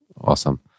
Awesome